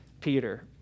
Peter